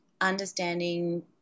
understanding